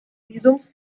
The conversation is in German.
visums